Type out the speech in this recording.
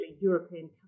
European